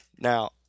Now